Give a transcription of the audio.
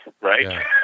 right